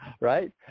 Right